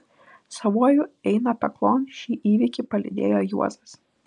savuoju eina peklon šį įvykį palydėjo juozas